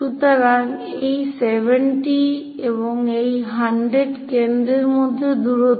সুতরাং এই 70 এবং এই 100 কেন্দ্রের মধ্যে দূরত্ব